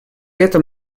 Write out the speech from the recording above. этом